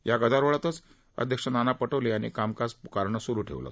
या गदारोळातच अध्यक्ष नाना पटोले यांनी कामकाज पकारणं सरु ठेवलं